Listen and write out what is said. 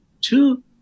two